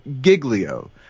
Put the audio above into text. giglio